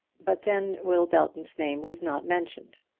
but then will belton's name was not mentioned.